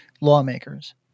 lawmakers